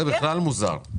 זה בכלל מוזר.